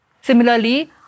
Similarly